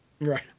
Right